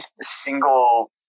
single